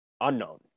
unknown